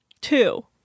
Two